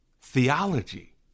theology